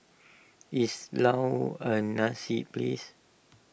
is Laos a nice place